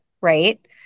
right